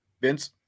Vince